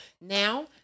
now